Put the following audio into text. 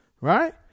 right